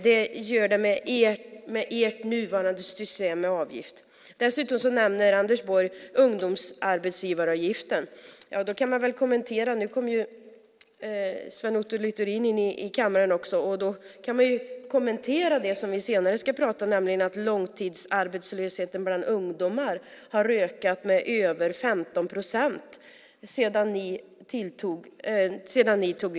Det gäller ert nuvarande system med avgift. Dessutom nämner Anders Borg ungdomsarbetsgivaravgiften. Nu kommer Sven Otto Littorin in i kammaren också. Då kan man nämna det som vi senare ska prata om, nämligen att långtidsarbetslösheten bland ungdomar har ökat med över 15 procent sedan ni tog över makten.